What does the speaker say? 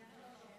תודה רבה לך,